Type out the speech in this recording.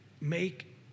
make